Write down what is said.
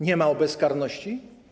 Nie ma o bezkarności?